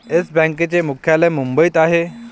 yes बँकेचे मुख्यालय मुंबईत आहे